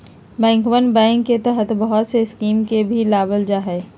बैंकरवन बैंक के तहत बहुत से स्कीम के भी लावल जाहई